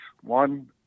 One